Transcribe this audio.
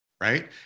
right